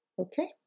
okay